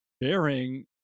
bearing